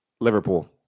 Liverpool